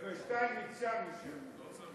שטייניץ שם יושב.